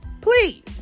Please